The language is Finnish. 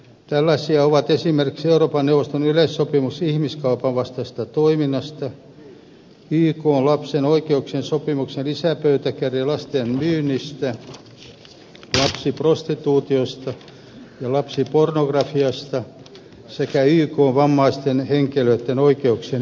tällaisia ovat esimerkiksi euroopan neuvoston yleissopimus ihmiskaupan vastaisesta toiminnasta ykn lapsen oikeuksien sopimuksen lisäpöytäkirja lasten myynnistä lapsiprostituutiosta ja lapsipornografiasta sekä ykn vammaisten henkilöitten oikeuksien yleissopimus